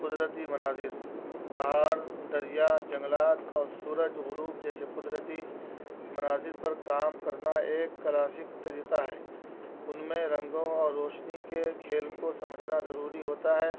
قدرتی مناظر پہاڑ دریا جنگلات اور سورج غروپ جیسے قدرتی مناظر پر کام کرنا ایک کلاسک طریقہ ہے ان میں رنگوں اور روشنی کے کھیل کو سمجھنا ضروری ہوتا ہے